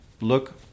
look